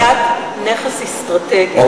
קניית נכס אסטרטגי.